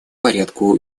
порядку